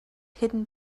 hidden